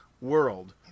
World